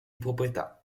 proprietà